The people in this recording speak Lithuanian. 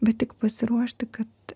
bet tik pasiruošti kad